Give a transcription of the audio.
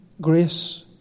grace